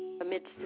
Amidst